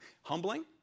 Humbling